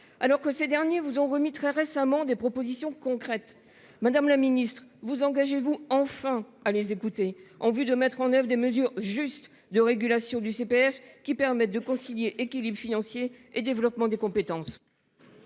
alors que ces derniers vous ont remis très récemment des propositions concrètes. Madame la Ministre vous engagez-vous enfin à les écouter en vue de mettre en oeuvre des mesures justes de régulation du CPF qui permette de concilier équilibre financier et développement des compétences.--